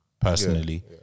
personally